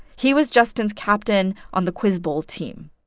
he was justin's captain on the quiz bowl team.